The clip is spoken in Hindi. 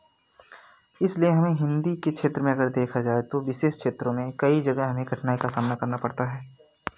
इसलिए हमें हिंदी के क्षेत्र में अगर देखा जाए तो विशेष क्षेत्रों में कई जगह हमें कठिनाई का सामना करना पड़ता है